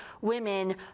women